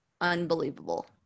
unbelievable